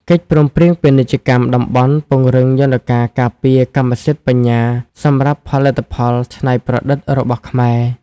កិច្ចព្រមព្រៀងពាណិជ្ជកម្មតំបន់ពង្រឹងយន្តការការពារកម្មសិទ្ធិបញ្ញាសម្រាប់ផលិតផលច្នៃប្រឌិតរបស់ខ្មែរ។